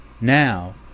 now